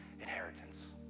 inheritance